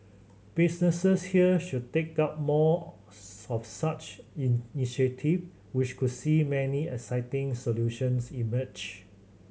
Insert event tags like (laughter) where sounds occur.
businesses here should take up more (unintelligible) of such in initiative which could see many exciting solutions emerge